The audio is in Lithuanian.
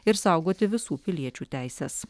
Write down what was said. ir saugoti visų piliečių teises